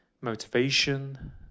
motivation